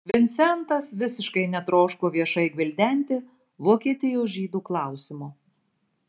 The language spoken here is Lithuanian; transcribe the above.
vincentas visiškai netroško viešai gvildenti vokietijos žydų klausimo